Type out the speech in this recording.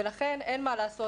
ולכן אין מה לעשות,